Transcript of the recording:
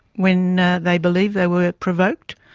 when they believe they were provoked,